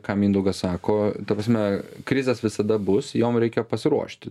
ką mindaugas sako ta prasme krizės visada bus jom reikia pasiruošti